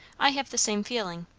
i have the same feeling.